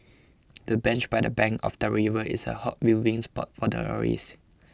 the bench by the bank of the river is a hot viewing spot for tourists